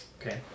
Okay